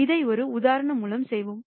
இதை ஒரு உதாரணம் மூலம் செய்வோம்